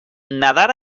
nadar